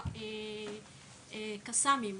הקסאמים,